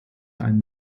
ein